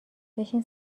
بشین